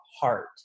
heart